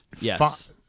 Yes